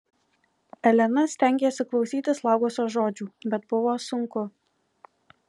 elena stengėsi klausytis lagoso žodžių bet buvo sunku